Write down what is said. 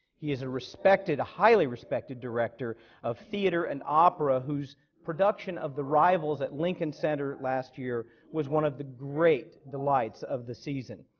he is ah a highly respected director of theatre and opera, whose production of the rivals at lincoln center last year was one of the great delights of the season.